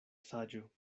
saĝo